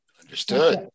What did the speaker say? Understood